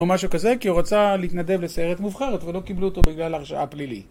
או משהו כזה כי הוא רצה להתנדב לסיירת מובחרת ולא קיבלו אותו בגלל הרשעה פלילית